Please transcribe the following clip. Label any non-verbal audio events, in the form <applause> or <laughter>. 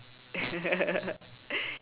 <laughs>